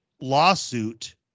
lawsuit